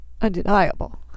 undeniable